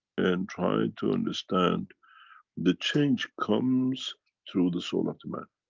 and try to understand the change comes through the soul of the man.